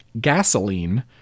gasoline